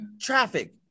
traffic